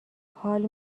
حال